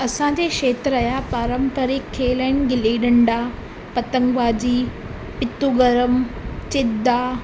असांजे क्षेत्र जा पारंपरिक खेल आहिनि गिली डंडा पतंग बाज़ी पितू गरमु चिदा